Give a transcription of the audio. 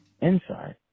inside